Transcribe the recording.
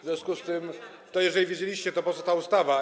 W związku z tym, jeżeli wiedzieliście, to po co ta ustawa?